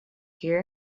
here